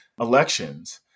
elections